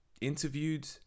interviewed